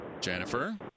Jennifer